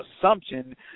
assumption